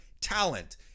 talent